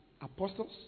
Apostles